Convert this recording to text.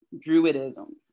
Druidism